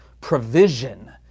provision